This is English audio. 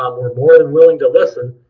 um we're more than willing to listen,